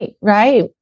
Right